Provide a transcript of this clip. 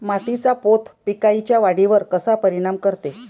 मातीचा पोत पिकाईच्या वाढीवर कसा परिनाम करते?